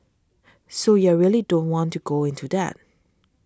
so you are really don't want to go into that